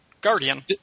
Guardian